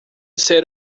set